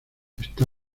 está